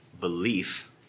belief